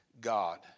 God